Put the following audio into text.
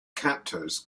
captors